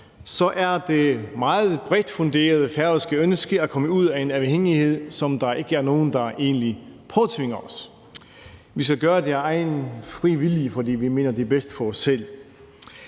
så er det meget bredt funderede færøske ønske at komme ud af en afhængighed, som der ikke er nogen der egentlig påtvinger os. Vi skal gøre det af egen fri vilje, fordi vi mener, det er bedst for os selv.